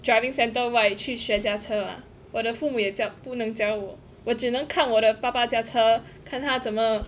driving centre 外去学驾车吗我的父母也教不能教我我只能看我的爸爸驾车看他怎么